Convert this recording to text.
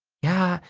yeah,